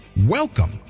Welcome